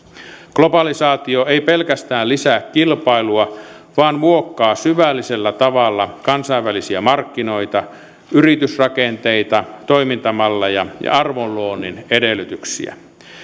globalisaatio ei pelkästään lisää kilpailua vaan muokkaa syvällisellä tavalla kansainvälisiä markkinoita yritysrakenteita toimintamalleja ja arvonluonnin edellytyksiä